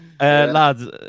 lads